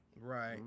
Right